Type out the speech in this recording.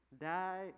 die